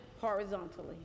horizontally